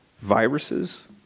viruses